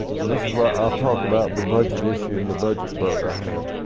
and this is where i'll talk about the budget issue and the budget vote i had.